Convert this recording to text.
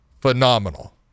phenomenal